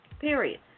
period